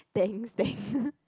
thanks that